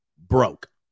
broke